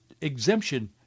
exemption